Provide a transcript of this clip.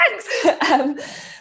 thanks